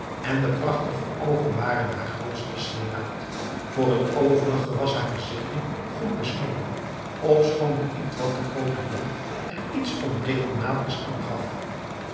en de prachtige oogen waren haar grootste sieraad voor het overige was haar gezichtje goed besneden ofschoon de ietwat te groote mond er iets onregelmatigs aan gaf